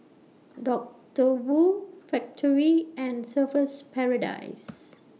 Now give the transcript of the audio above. Doctor Wu Factorie and Surfer's Paradise